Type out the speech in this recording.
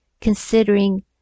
considering